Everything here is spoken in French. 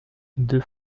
deux